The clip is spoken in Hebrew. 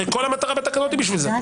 הרי כל המטרה בתקנות היא בשביל זה.